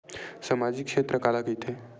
सामजिक क्षेत्र काला कइथे?